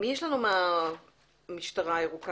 מי יש לנו מהמשטרה הירוקה?